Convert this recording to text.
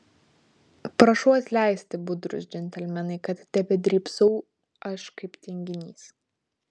prašau atleisti budrūs džentelmenai kad tebedrybsau aš kaip tinginys